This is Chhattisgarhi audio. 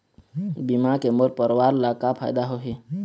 बीमा के मोर परवार ला का फायदा होही?